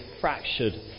fractured